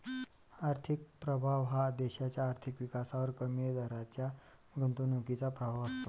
आर्थिक प्रभाव हा देशाच्या आर्थिक विकासावर कमी दराच्या गुंतवणुकीचा प्रभाव असतो